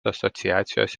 asociacijos